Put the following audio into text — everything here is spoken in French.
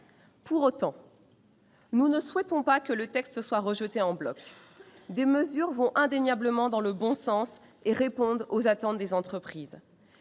Pour autant, nous ne souhaitons pas que ce projet de loi soit rejeté en bloc. Des mesures vont indéniablement dans le bon sens et répondent aux attentes des entreprises